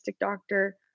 doctor